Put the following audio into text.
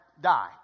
die